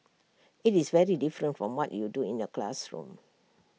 it's very different from what you do in the classroom